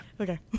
Okay